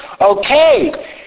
okay